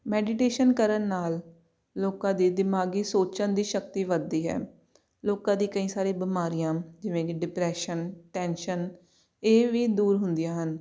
meditation ਕਰਨ ਨਾਲ ਲੋਕਾਂ ਦੇ ਦਿਮਾਗੀ ਸੋਚਣ ਦੀ ਸ਼ਕਤੀ ਵਧਦੀ ਹੈ ਲੋਕਾਂ ਦੀ ਕਈ ਸਾਰੀ ਬਿਮਾਰੀਆਂ ਜਿਵੇਂ ਕਿ ਡਿਪਰੈਸ਼ਨ ਟੈਨਸ਼ਨ ਇਹ ਵੀ ਦੂਰ ਹੁੰਦੀਆਂ ਹਨ